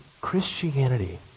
Christianity